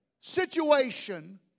situation